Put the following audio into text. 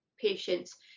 patients